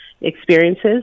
experiences